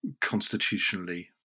constitutionally